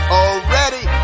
already